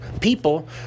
people